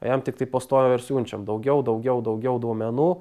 o jam tiktai pastoviai ir siunčiam daugiau daugiau daugiau duomenų